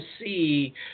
see